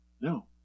No